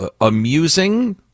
amusing